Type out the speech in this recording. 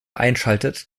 einschaltet